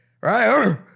Right